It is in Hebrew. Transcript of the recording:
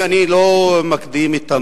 אני לא מקדים את המאוחר.